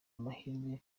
amahirwe